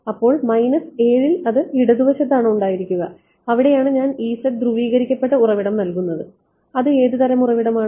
അതിനാൽ 7 ൽ അത് ഇടതുവശത്താണ് ഉണ്ടായിരിക്കുക അവിടെയാണ് ഞാൻ ധ്രുവീകരിക്കപ്പെട്ട ഉറവിടം നൽകുന്നത് ഇത് ഏതുതരം ഉറവിടമാണ്